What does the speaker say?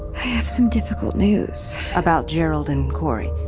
have some difficult news about gerald and cory?